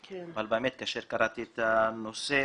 אבל באמת כאשר קראתי את הנושא,